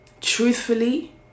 truthfully